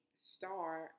star